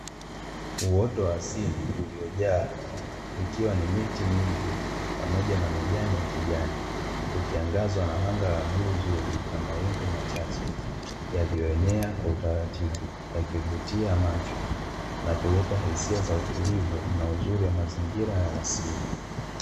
Uoto wa asili uliojaa ikiwa ni miti mingi pamoja na majani ya kijani, ukiangazwa na anga la bluu zuri na mawingu machache, yaliyoenea kwa utaratibu yakivutia macho, na kuleta hisia za utulivu na uzuri wa mazingira ya asili.